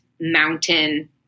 mountain